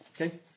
Okay